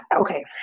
okay